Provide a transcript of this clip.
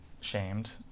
shamed